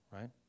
Right